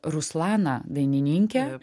ruslana dainininkė